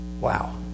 Wow